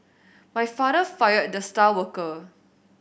my father fired the star worker